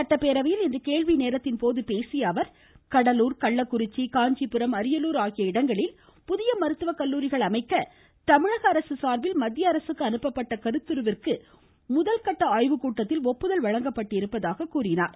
சட்டப்ப பேரவையில் இன்று கேள்வி நேரத்தின் போது பேசிய அவர் கடலூர் கள்ளக்குறிச்சி காஞ்சிபுரம் அரியலூர் ஆகிய இடங்களில் புதிய மருத்துவக் கல்லூரிகள் அமைக்க தமிழக அரசு சார்பில் மத்திய அரசுக்கு அனுப்பப்பட்ட கருத்துருவிந்கு முதற்கட்ட ஒப்பதல் வழங்கப்பட்டிருப்பதாகக் கூறினார்